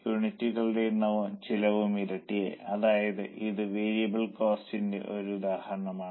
യൂണിറ്റുകളുടെ എണ്ണവും ചെലവും ഇരട്ടിയായി അതായത് ഇത് വേരിയബിൾ കോസ്റ്റിന്റെ ഒരു ഉദാഹരണമാണ്